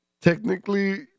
Technically